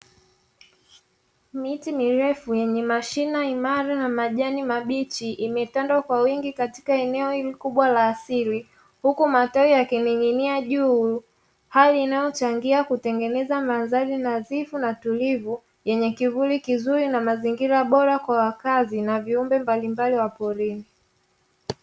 Miti mirefu yenye mashina imara na majani mabichi, imetanda kwa wingi katika eneo hili kubwa la asili huku matawi yakining'inia juu, hali inayochangia kutengeneza mandhari nadhifu na tulivu yenye kivuli kizuri na mazingira bora kwa wakazi na viumbe mbalimbali wa porini.